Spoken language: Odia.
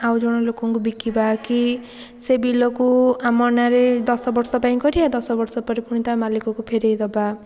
ଆଉ ଜଣେ ଲୋକଙ୍କୁ ବିକିବା କି ସେ ବିଲକୁ ଆମ ନାଁରେ ଦଶ ବର୍ଷ ପାଇଁ କରିବା ଦଶ ବର୍ଷ ପରେ ପୁଣି ତା' ମାଲିକକୁ ଫେରେଇ ଦେବା